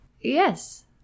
Yes